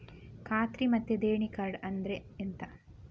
ಖಾತ್ರಿ ಮತ್ತೆ ದೇಣಿ ಕಾರ್ಡ್ ಅಂದ್ರೆ ಎಂತ?